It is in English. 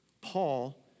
Paul